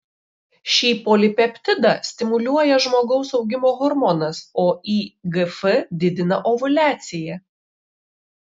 šį polipeptidą stimuliuoja žmogaus augimo hormonas o igf didina ovuliaciją